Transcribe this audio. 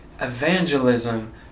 Evangelism